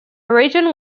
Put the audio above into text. region